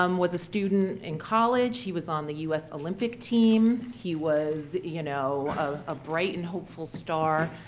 um was a student in college. he was on the u s. olympic team. he was you know a bright a bright and hopeful star.